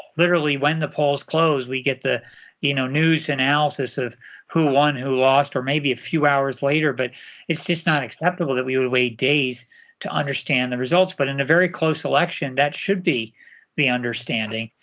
literally when the polls close, we get the you know news analysis of who won, who lost, or maybe a few hours later. but it's just not acceptable that we would wait days to understand the results. but in a very close election that should be the understanding,